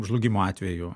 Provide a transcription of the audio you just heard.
žlugimo atveju